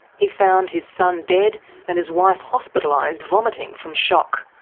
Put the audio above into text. he found his son dead and his wife hospitalised, vomiting from shock.